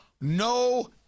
no